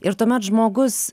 ir tuomet žmogus